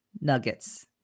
nuggets